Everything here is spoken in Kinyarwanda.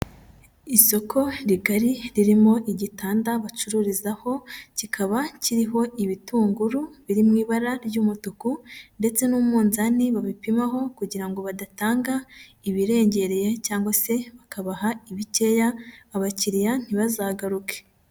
Isoko rigari ririmo igitanda bacururizaho, kikaba kiriho ibitunguru biri mu ibara ry'umutuku ndetse n'umunzani babipimaho kugira ngo badatanga ibirengereye cyangwa se bakabaha ibikeya, abakiriya ntibazagaruke.